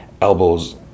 Elbows